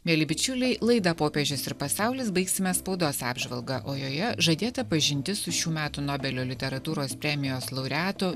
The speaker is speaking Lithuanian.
mieli bičiuliai laidą popiežius ir pasaulis baigsime spaudos apžvalga o joje žadėta pažintis su šių metų nobelio literatūros premijos laureatu